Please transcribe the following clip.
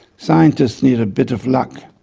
scientists need a bit of luck,